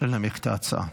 לנמק את ההצעה.